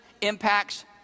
impacts